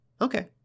Okay